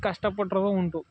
ಕಷ್ಟ ಪಟ್ಟಿರೋದು ಉಂಟು